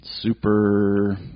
Super